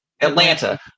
Atlanta